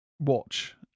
watch